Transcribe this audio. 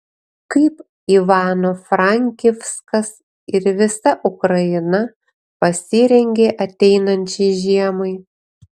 kaip ivano frankivskas ir visa ukraina pasirengė ateinančiai žiemai